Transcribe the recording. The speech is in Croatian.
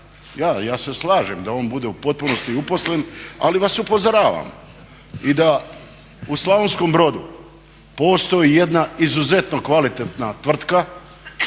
Ja se slažem da on bude u potpunosti uposlen, ali vas upozoravam i da u Slavonskom Brodu postoji jedna izuzetno kvalitetna tvrtka,